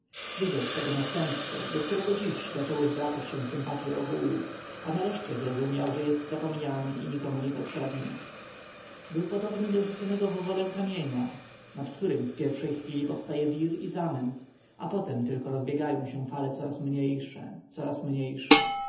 złorzeczyli widział swego następcę do którego dziś zaczęły zwracać się sympatye ogółu a nareszcie zrozumiał że jest zapomniany i nikomu niepotrzebny był podobny do rzuconego w wodę kamienia nad którym w pierwszej chwili powstaje wir i zamęt a później tylko rozbiegają się fale coraz mniejsze coraz mniejsze